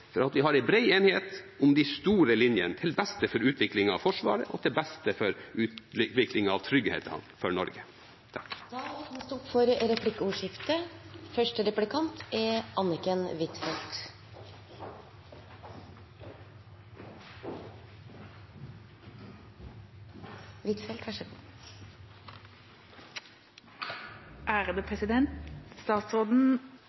over at vi har en bred enighet om de store linjene, til beste for utviklingen av Forsvaret og til beste for utviklingen av trygghet for Norge. Det blir replikkordskifte.